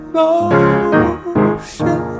motion